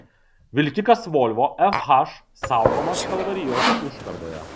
vilkikas volvo fh saugomas kalvarijos užkardoje